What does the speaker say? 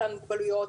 המוגבלויות.